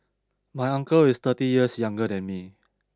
my uncle is thirty years younger than me